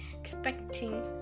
expecting